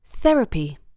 Therapy